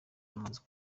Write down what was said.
amaze